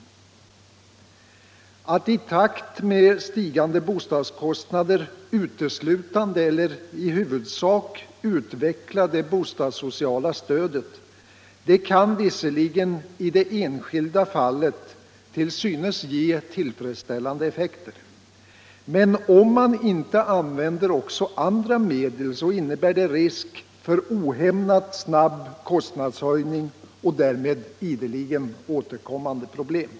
Att i takt med stigande bostadskostnader uteslutande eller i huvudsak utveckla det bostadssociala stödet kan visserligen i det enskilda fallet till synes ge tillfredsställande effekter, men om man inte använder också andra medel innebär det risk för ohämmat snabb kostnadshöjning och därmed ideligen återkommande problem.